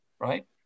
right